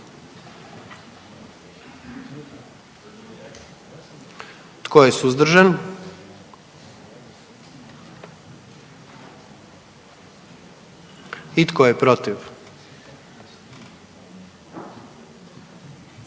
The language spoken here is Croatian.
Tko je suzdržan? I tko je protiv?